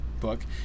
book